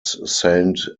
saint